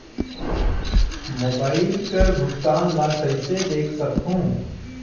Mobile कर भुगतान ला कइसे देख सकहुं?